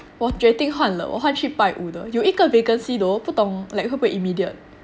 我决定换了我换去拜五的有一个 vacancy though 都不懂 like 会不会 immediate